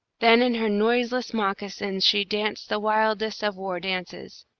then in her noiseless moccasins she danced the wildest of war-dances,